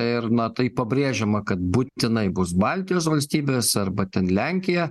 ir na taip pabrėžiama kad būtinai bus baltijos valstybės arba ten lenkija